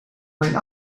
mijn